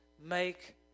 make